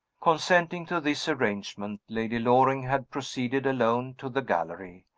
consenting to this arrangement, lady loring had proceeded alone to the gallery,